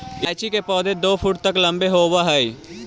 इलायची के पौधे दो फुट तक लंबे होवअ हई